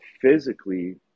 physically